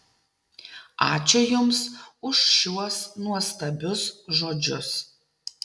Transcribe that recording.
ačiū jums už šiuos nuostabius žodžius